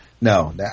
No